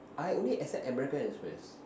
I only accept american express